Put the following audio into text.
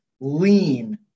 lean